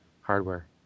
hardware